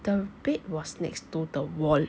the bed was next to the wall